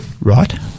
Right